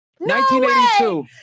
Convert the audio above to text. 1982